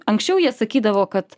anksčiau jie sakydavo kad